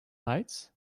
lights